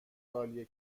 عالیه